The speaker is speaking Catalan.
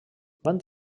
van